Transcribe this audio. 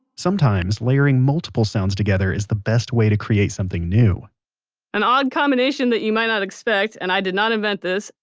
sometimes layering multiple sounds together is the best way to create something new an odd combination that you might not expect and i did not invent this,